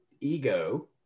ego